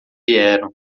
vieram